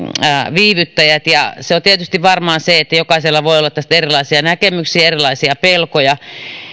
viivyttäjät se on tietysti varmaan niin että jokaisella voi olla tästä erilaisia näkemyksiä ja erilaisia pelkoja